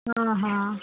हँ हँ